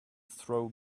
throw